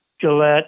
Gillette